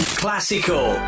classical